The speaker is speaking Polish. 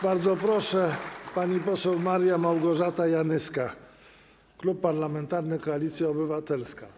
Bardzo proszę, pani poseł Maria Małgorzata Janyska, Klub Parlamentarny Koalicja Obywatelska.